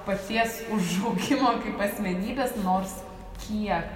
paties užaugimo kaip asmenybės nors kiek